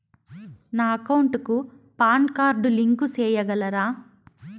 నా అకౌంట్ కు PAN card link సేయగలరా?